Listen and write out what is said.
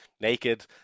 naked